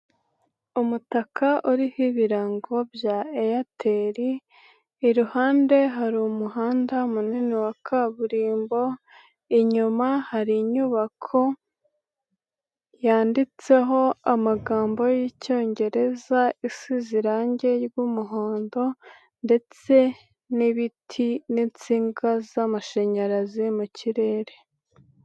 Umutaka uriho ibirango bya Airtel, iruhande hari umuhanda munini wa kaburimbo, inyuma hari inyubako yanditseho amagambo y'icyongereza, isize' irangi ry'umuhondo ndetse n'ibiti n'insinga z'amashanyarazi mu kirere.